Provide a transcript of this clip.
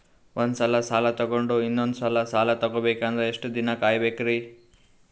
ಒಂದ್ಸಲ ಸಾಲ ತಗೊಂಡು ಇನ್ನೊಂದ್ ಸಲ ಸಾಲ ತಗೊಬೇಕಂದ್ರೆ ಎಷ್ಟ್ ದಿನ ಕಾಯ್ಬೇಕ್ರಿ?